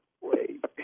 Wait